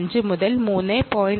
5 മുതൽ 3